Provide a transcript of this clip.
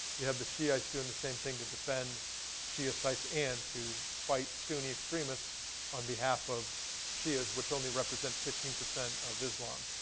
you have the shiites doing the same thing to defend shia sites and to fight sunni extremists on behalf of shias, which only represent fifteen percent of islam.